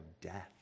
death